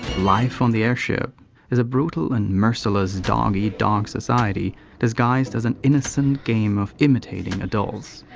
life on the airship is a brutal and merciless dog-eat-dog-society disguised as an innocent game of imitating adults.